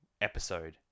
episode